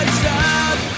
stop